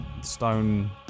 stone